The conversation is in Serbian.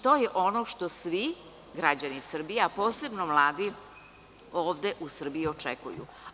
To je ono što svi građani Srbije, a posebno mladi ovde u Srbiji očekuju.